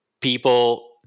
people